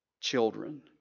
children